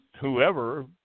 whoever